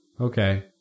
Okay